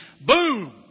boom